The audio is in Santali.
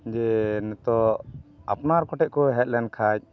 ᱡᱮ ᱱᱤᱛᱚᱜ ᱟᱯᱱᱟᱨ ᱠᱚᱴᱷᱮᱱ ᱠᱚ ᱦᱮᱡ ᱞᱮᱱᱠᱷᱟᱱ